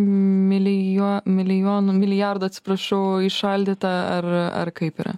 milijo milijonų milijardų atsiprašau įšaldyta ar ar kaip yra